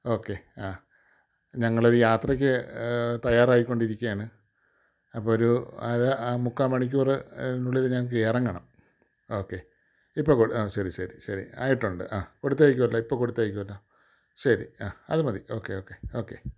okay ആ ഞങ്ങളൊരു യാത്രയ്ക്ക് തയ്യാറായിക്കൊണ്ടിരിക്കുകയാണ് അപ്പോൾ ഒരു അര മുക്കാൽ മണിക്കൂറിനുള്ളിൽ ഞങ്ങൾക്ക് ഇറങ്ങണം ഓക്കെ ഇപ്പോൾ കൊട് ആ ശരി ശരി ശരി ആയിട്ടുണ്ട് ആ കൊടുത്തയയ്ക്കുമല്ലോ ഇപ്പോൾ കൊടുത്തയയ്ക്കുമല്ലോ ശരി ആ അതുമതി ഓക്കെ ഓക്കെ ഓക്കെ